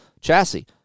chassis